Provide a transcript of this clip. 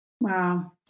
Wow